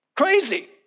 crazy